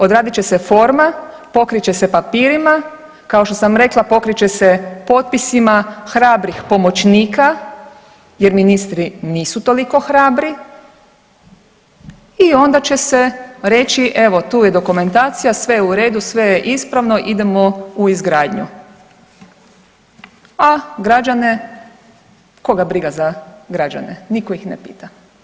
Odradit će se forma, pokrit će se papirima, kao što sam rekla pokrit će se potpisima hrabrih pomoćnika jer ministri nisu toliko hrabri i onda će se reći evo tu je dokumentacija, sve je u redu, sve je ispravno, idemo u izgradnju, a građane, koga briga za građane, niko ih ne pita.